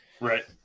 Right